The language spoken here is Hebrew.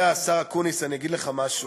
תראו, אתה יודע, השר אקוניס, אני אגיד לך משהו.